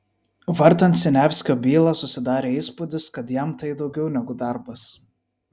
vartant siniavskio bylą susidarė įspūdis kad jam tai daugiau negu darbas